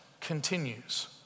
continues